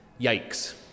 yikes